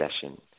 session